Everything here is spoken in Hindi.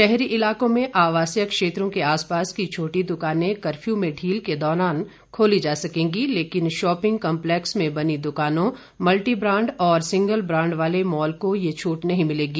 शहरी इलाकों में आवासीय क्षेत्रों के आसपास की छोटी दुकानें कर्फ़यू में ढील के दौरान खोली जा सकेंगी लेकिन शॉपिंग कॉम्लैक्स में बनी दुकानों मल्टीब्रांड और सिंगल ब्रांड वाले मॉल को यह छूट नहीं मिलेगी